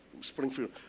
Springfield